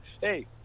hey